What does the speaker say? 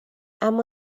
اما